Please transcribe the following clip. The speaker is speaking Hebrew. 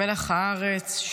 מלח הארץ,